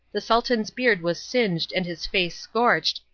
the sultan's beard was singed and his face scorched,